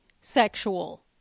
sexual